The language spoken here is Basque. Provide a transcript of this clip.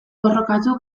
borrokatu